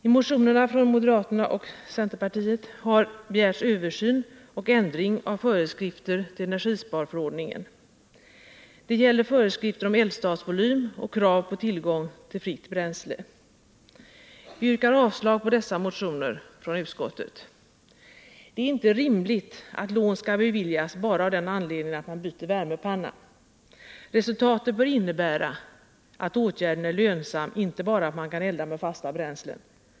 I motioner från moderater och centerpartister har begärts översyn av och ändring i föreskrifterna till energisparförordningen. Det gäller bestämmelserna om eldstadsvolym och kravet på tillgång till fritt bränsle. Utskottet avstyrker dessa motioner. Det är inte rimligt att lån skall beviljas bara av den anledningen att man byter värmepanna. Resultatet bör innebära att åtgärden är lönsam, inte bara att man kan elda med fasta bränslen.